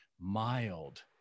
mild